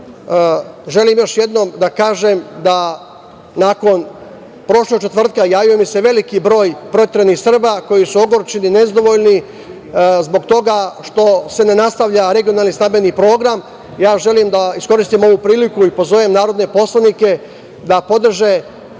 želim još jednom da kažem da nakon prošlog četvrtka javio mi se veliki broj proteranih Srba koji su ogorčeni, nezadovoljni zbog toga što se ne nastavlja regionalni stambeni program. Želim da iskoristim ovu priliku i pozovem narodne poslanike da podrže